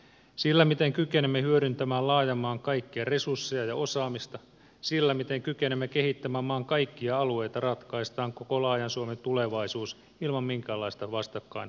sillä miten kykenemme hyödyntämään laajan maan kaikkia resursseja ja osaamista sillä miten kykenemme kehittämään maan kaikkia alueita ratkaistaan koko laajan suomen tulevaisuus ilman minkäänlaista vastakkainasettelua